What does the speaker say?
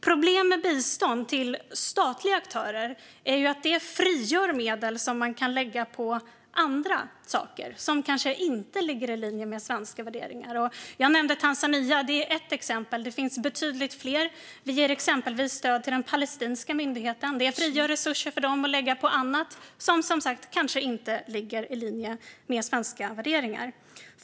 Problem med bistånd till statliga aktörer är att det frigör medel som kan läggas på andra saker, som kanske inte ligger i linje med svenska värderingar. Jag nämnde Tanzania. Det är ett exempel. Det finns betydligt fler. Vi ger exempelvis stöd till den palestinska myndigheten. Det frigör resurser för dem att lägga på annat, som kanske inte ligger i linje med svenska värderingar som sagt.